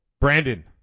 Brandon